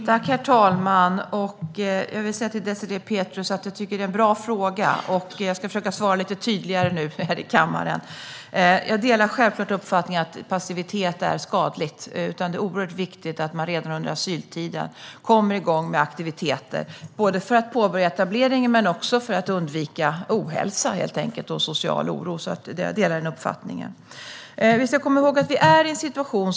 Herr talman! Det är en bra fråga, Désirée Pethrus, och jag ska försöka svarare lite tydligare här i kammaren. Jag delar självklart uppfattningen att passivitet är skadligt. Det är mycket viktigt att man redan under asyltiden kommer igång med aktiviteter, både för att påbörja etableringen och för att undvika ohälsa och social oro. Vi är i en oerhört ansträngd situation.